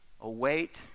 await